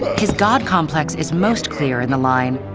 his god complex is most clear in the line,